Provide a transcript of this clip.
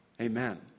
Amen